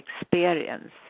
experience